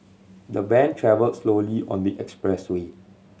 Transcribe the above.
the van travelled slowly on the expressway